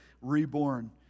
reborn